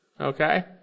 Okay